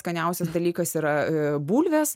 skaniausias dalykas yra bulvės